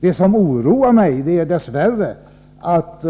Det som oroar mig är att